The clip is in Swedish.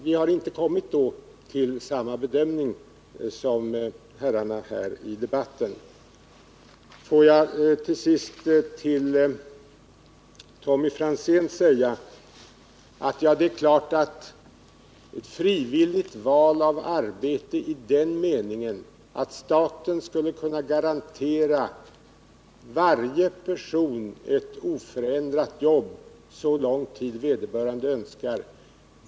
Vi har inte kommit fram till samma bedömning som herrarna här i debatten. Får jag till sist till Tommy Franzén säga att det är helt klart att frivilligt val av arbete i den meningen att staten skall kunna garantera varje person ett oförändrat jobb så lång tid vederbörande önskar är en omöjlighet.